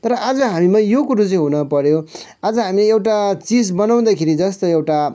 तर आज हामीमा यो कुरो चाहिँ हुन पऱ्यो आज हामी एउटा चिज बनाउँदाखेरि जस्तो एउटा